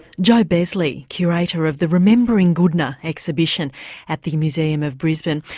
jo besley, curator of the remembering goodna exhibition at the museum of brisbane.